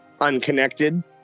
unconnected